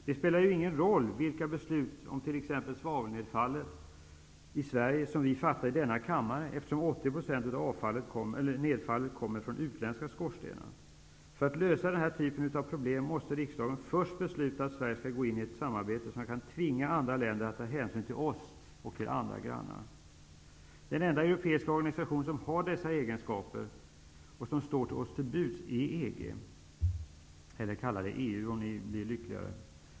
Det spelar ju ingen roll vilka beslut om t.ex. svavelnedfall som vi fattar i denna kammare, eftersom 80 % av svavelnedfallet i Sverige kommer från utländska skorstenar. För att lösa den typen av problem måste riksdagen först besluta att Sverige skall gå in i ett samarbete som kan tvinga andra länder att ta hänsyn till oss och andra grannar. Den enda europeiska organisation som har dessa egenskaper och som står oss till buds är EG -- eller kalla det EU, om ni blir lyckligare av det.